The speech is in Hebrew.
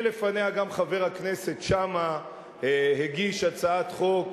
ולפניה גם חבר הכנסת שאמה הגיש הצעת חוק